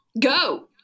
Go